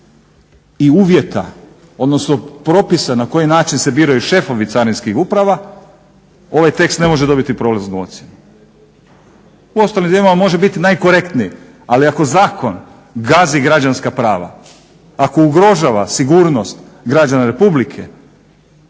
uvjeta odnosno propisa na koji način se biraju šefovi carinskih uprava ovaj tekst ne može dobiti prolaznu ocjenu. U ostalim dijelovima može biti najkorektniji, ali ako zakon gazi građanska prava, ako ugrožava sigurnost građana Republike